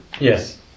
Yes